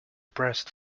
pressed